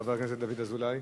חבר הכנסת דוד אזולאי?